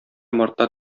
мартта